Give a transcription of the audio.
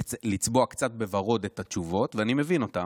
לצבוע קצת בוורוד את התשובות, ואני מבין אותם,